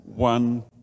One